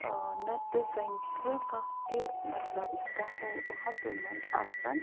اۭں نَتہٕ کَنہِ چھُ کانٛہہ تہِ مطلب دٔہو ہَتو منٛز آسَن